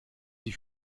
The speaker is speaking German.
die